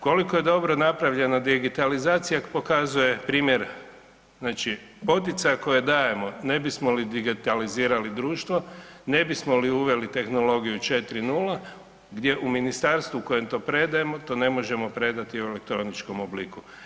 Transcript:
Koliko je dobro napravljena digitalizacija pokazuje primjer znači poticaje koje dajemo ne bismo li digitalizirali društvo, ne bismo li uveli tehnologiju 4.0 gdje u ministarstvu kojem to predajemo to ne možemo predati u elektroničkom obliku.